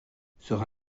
sera